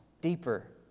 deeper